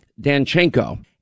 Danchenko